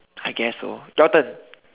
I guess so your turn